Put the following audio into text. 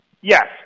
Yes